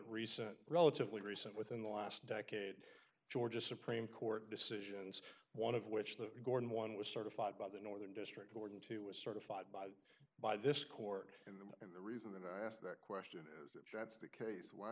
recent relatively recent within the last decade georgia supreme court decisions one of which the gorn one was certified by the northern district board into a certified by the by this court in them and the reason i asked that question is if that's the case why